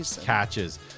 catches